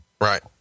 Right